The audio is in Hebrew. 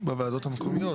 בוועדות המקומיות.